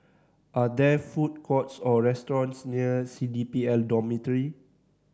are there food courts or restaurants near C D P L Dormitory